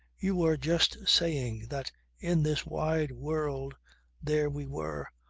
you were just saying that in this wide world there we were,